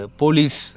police